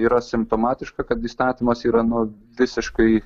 yra simptomatiška kad įstatymas yra nu visiškai